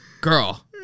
girl